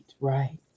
right